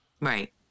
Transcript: Right